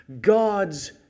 God's